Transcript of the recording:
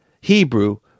Hebrew